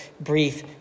brief